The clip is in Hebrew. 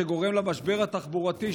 שגורם למשבר התחבורתי,